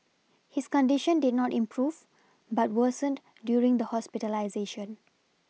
his condition did not improve but worsened during the hospitalisation